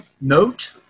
note